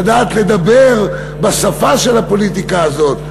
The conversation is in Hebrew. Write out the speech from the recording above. לדעת לדבר בשפה של הפוליטיקה הזאת,